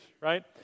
Right